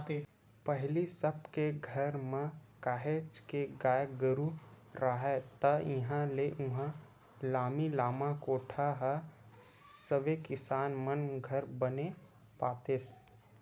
पहिली सब के घर म काहेच के गाय गरु राहय ता इहाँ ले उहाँ लामी लामा कोठा ह सबे किसान मन घर बने पातेस